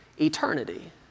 eternity